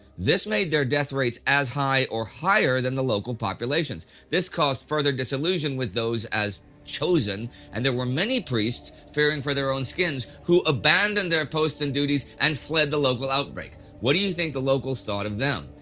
this made their death rates as high or higher than the local populations. this caused further disillusion with those as chosen, and there were many priests, fearing for their own skins, who abandoned their posts and duties and fled the local outbreak. what do you think the locals thought of that?